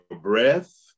breath